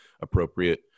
appropriate